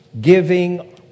giving